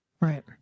right